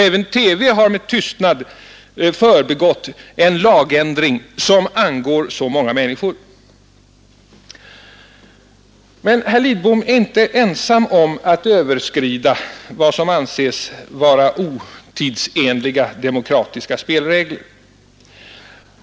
Även TV har med tystnad förbigått en lagändring som angår så många människor. Men herr Lidbom är inte ensam om att överskrida vad som anses vara otidsenliga demokratiska spelregler.